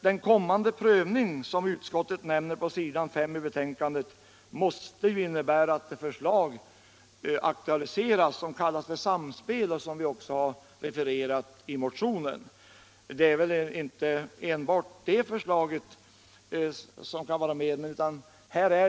Den kommande prövning som utskottet nämner på s. 5 i betänkandet måste ju innebära att det förslag som kallas Samspel och som vi refererat i motionen aktualiseras. Men det är väl inte enbart det förslaget som kan vara med i prövningen.